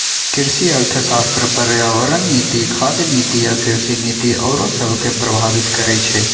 कृषि अर्थशास्त्र पर्यावरण नीति, खाद्य नीति आ कृषि नीति आउरो सभके प्रभावित करइ छै